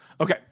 Okay